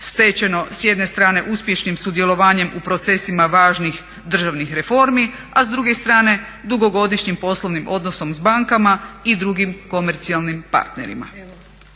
stečeno s jedne strane uspješnim sudjelovanjem u procesima važnih državnih reformi a s druge strane dugogodišnjim poslovnim odnosom sa bankama i drugim komercijalnim partnerima.